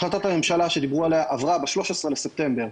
החלטת הממשלה שדיברו עליה עברה ב-13 בספטמבר,